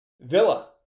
Villa